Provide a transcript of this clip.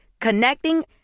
Connecting